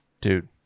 Dude